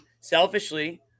selfishly